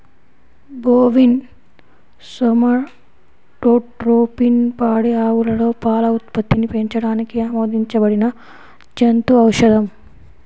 bovine somatotropin పాడి ఆవులలో పాల ఉత్పత్తిని పెంచడానికి ఆమోదించబడిన జంతు ఔషధం